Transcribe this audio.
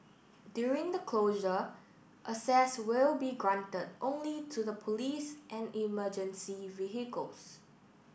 during the closure access will be granted only to the police and emergency vehicles